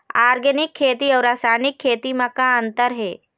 Organic खेती अउ रासायनिक खेती म का अंतर हे?